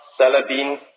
Saladin